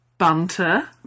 Banter